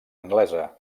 anglesa